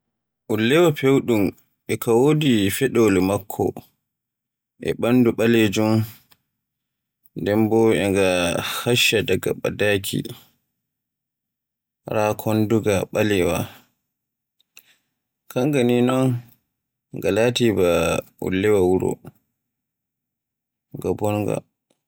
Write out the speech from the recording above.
Ullewa fewɗum, e ka wodi feɗolo makko e ɓandu ɓalejum nden bo e ka kashsha daga ɓadaaki, raa konduga ɓalewa kanga ni noon ngam laati ba ullewa wuri, ngam bonga.